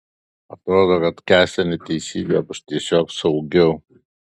atrodo kad kęsti neteisybę bus tiesiog saugiau